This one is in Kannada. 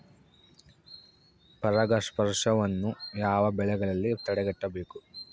ಪರಾಗಸ್ಪರ್ಶವನ್ನು ಯಾವ ಬೆಳೆಗಳಲ್ಲಿ ತಡೆಗಟ್ಟಬೇಕು?